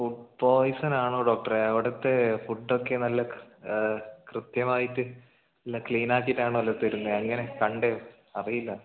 food poison ആണോ ഡോക്ടറെ അവിടുത്തെ ഫുഡൊക്കെ നല്ല കൃത്യമായിട്ട് നല്ല ക്ളീൻ ആക്കിയിട്ടാണല്ലോ തരുന്നത് അങ്ങനെയാണ് കണ്ടത് അറിയില്ല